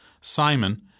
Simon